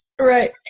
Right